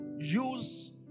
use